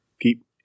keep